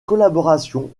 collaboration